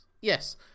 Yes